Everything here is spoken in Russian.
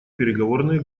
переговорные